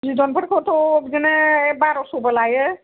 बिदनफोरखौथ' बिदिनो बार'सबो लायो